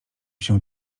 się